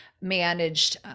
managed